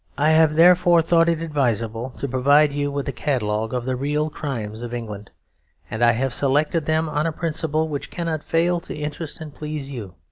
i have therefore thought it advisable to provide you with a catalogue of the real crimes of england and i have selected them on a principle which cannot fail to interest and please you.